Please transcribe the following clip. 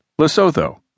Lesotho